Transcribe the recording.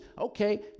Okay